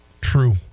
True